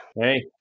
Hey